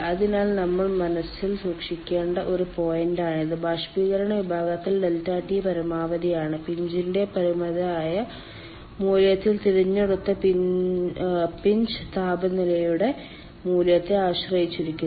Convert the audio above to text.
അതിനാൽ നമ്മൾ മനസ്സിൽ സൂക്ഷിക്കേണ്ട ഒരു പോയിന്റാണിത് ബാഷ്പീകരണ വിഭാഗത്തിൽ ∆T പരമാവധി ആണ് പിഞ്ചിന്റെ പരിമിതമായ മൂല്യത്തിൽ തിരഞ്ഞെടുത്ത പിഞ്ച് താപനിലയുടെ മൂല്യത്തെ ആശ്രയിച്ചിരിക്കുന്നു